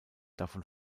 davon